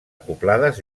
acoblades